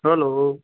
hello